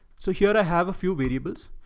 so here i have a few variables.